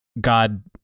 God